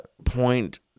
point